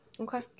Okay